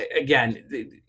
again